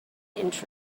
inch